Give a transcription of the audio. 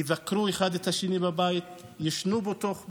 יבקרו אחד את השני בבית, יישנו בתוך בית,